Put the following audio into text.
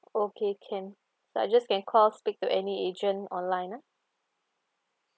okay can so I just can call speak to any agent online ah